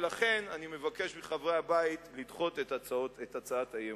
ולכן אני מבקש מחברי הבית לדחות את הצעת האי-אמון.